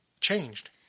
changed